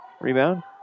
rebound